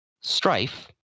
Strife